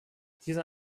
dieser